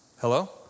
Hello